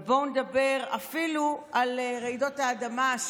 ובואו נדבר אפילו על רעידות האדמה.